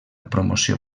promoció